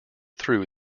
through